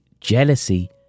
jealousy